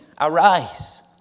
Arise